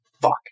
Fuck